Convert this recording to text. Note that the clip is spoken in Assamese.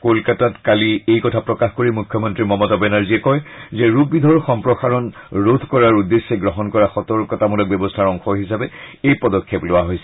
কলকতাত কালি এই কথা প্ৰকাশ কৰি মুখ্যমন্ত্ৰী মমতা বেনাৰ্জীয়ে কয় যে ৰোগ বিধৰ সম্প্ৰসাৰণ ৰোধ কৰাৰ উদ্দশ্যে গ্ৰহণ কৰা সতৰ্কতামূলক ব্যৱস্থাৰ অংশ হিচাপে এই পদক্ষেপ লোৱা হৈছে